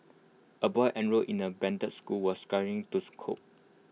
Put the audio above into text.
A boy enrolled in the branded school was struggling to scope